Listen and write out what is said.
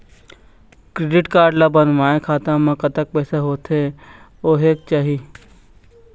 Credit card ला बनवाए खाता मा कतक पैसा होथे होएक चाही?